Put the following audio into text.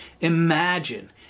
Imagine